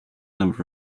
number